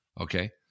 okay